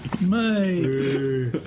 Mate